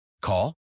Call